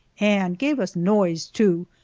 and gave us noise, too,